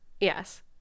Yes